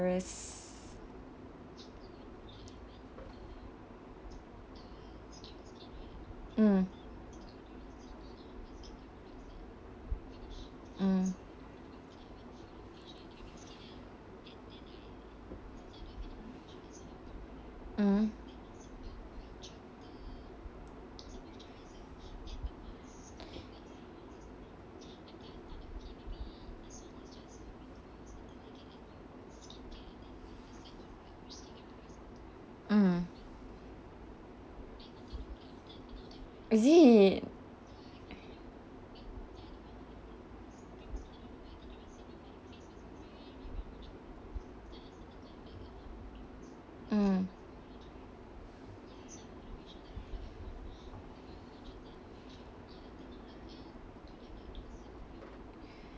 mm mm mm mm is it mm